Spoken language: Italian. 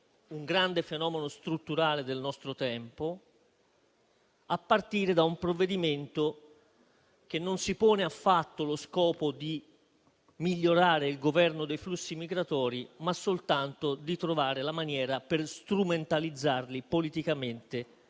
un grande fenomeno strutturale del nostro tempo - a partire da un provvedimento che non si pone affatto lo scopo di migliorare il governo dei flussi migratori, ma soltanto di trovare la maniera per strumentalizzarli politicamente nel modo